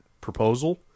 proposal